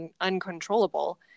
uncontrollable